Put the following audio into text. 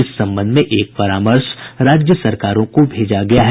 इस संबंध में एक परामर्श राज्य सरकारों को भेजा गया है